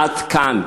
עד כאן.